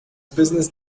business